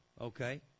okay